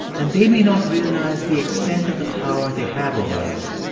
and they may not realize the extent of the power they have over us.